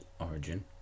origin